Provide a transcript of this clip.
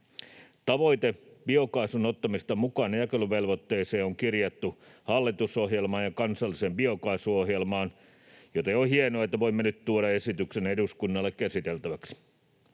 Tavoite biokaasun ottamisesta mukaan jakeluvelvoitteeseen on kirjattu hallitusohjelmaan ja kansalliseen biokaasuohjelmaan, joten on hienoa, että voimme nyt tuoda esityksen eduskunnalle käsiteltäväksi.